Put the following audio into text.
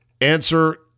Answer